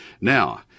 Now